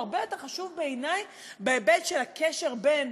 הוא הרבה יותר חשוב בעיני בהיבט של הקשר בין